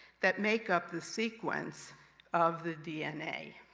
that make up the sequence of the dna,